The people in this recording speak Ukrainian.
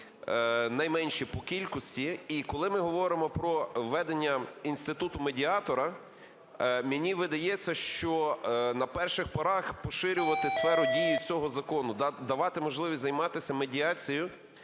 найменші по кількості. І коли ми говоримо про введення інституту медіатора, мені видається, що на перших порах поширювати сферу дії цього закону, давати можливість займатися медіацією